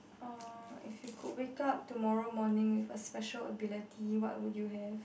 oh if you could wake up tomorrow morning with a special ability what would you have